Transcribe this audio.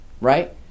right